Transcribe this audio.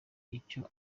icyo